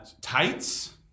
tights